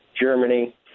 Germany